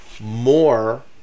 more